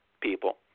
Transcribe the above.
people